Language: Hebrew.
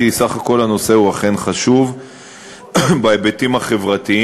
כי בסך הכול הנושא הוא אכן חשוב בהיבטים החברתיים.